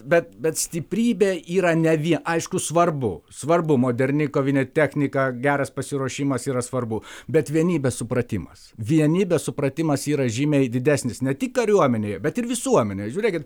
bet bet stiprybė yra ne vie aišku svarbu svarbu moderni kovinė technika geras pasiruošimas yra svarbu bet vienybės supratimas vienybės supratimas yra žymiai didesnis ne tik kariuomenėje bet ir visuomenėje žiūrėkit